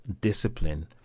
discipline